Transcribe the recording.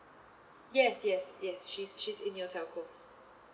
yes yes yes she's she's in your telco